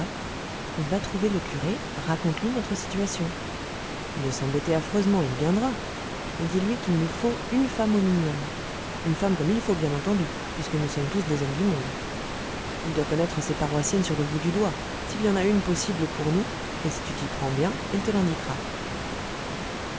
va trouver le curé raconte lui notre situation il doit s'embêter affreusement il viendra mais dis-lui qu'il nous faut une femme au minimum une femme comme il faut bien entendu puisque nous sommes tous des hommes du monde il doit connaître ses paroissiennes sur le bout du doigt s'il y en a une possible pour nous et si tu t'y prends bien il te l'indiquera